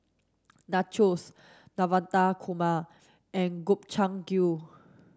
Nachos Navratan Korma and Gobchang Gui